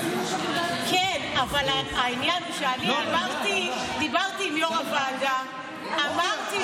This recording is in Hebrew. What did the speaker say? העניין הוא שדיברתי עם יו"ר הוועדה ואמרתי לו,